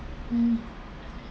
mm